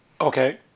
Okay